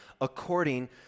according